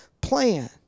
plan